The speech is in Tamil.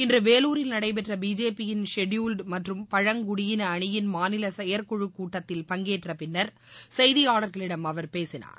இன்று வேலூரில் நடைபெற்ற பிஜேபியின் ஷெட்யூல்டு மற்றும் பழங்குடியின அணியின் மாநில செயற்குழு கூட்டத்தில் பங்கேற்றபின்னர் செய்தியாளர்களிடம் அவர் பேசினார்